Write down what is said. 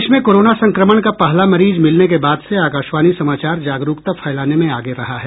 देश में कोरोना संक्रमण का पहला मरीज मिलने के बाद से आकाशवाणी समाचार जागरुकता फैलाने में आगे रहा है